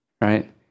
right